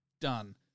done